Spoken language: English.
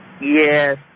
Yes